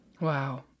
Wow